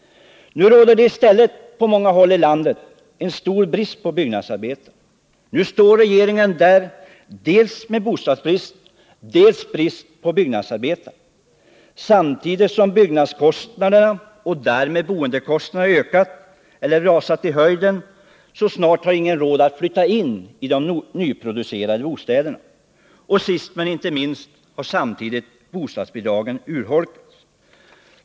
Nu råder det i stället på många håll i landet en stor brist på byggnadsarbetare. Regeringen står där med dels bostadsbrist, dels brist på byggnadsarbetare. Samtidigt har byggnadskostnaderna och därmed boendekostnaderna ökat, ja, rusat i höjden, så att snart ingen har råd att flytta in i de nyproducerade bostäderna. Och sist men inte minst: Samtidigt har bostadsbidragen urholkats.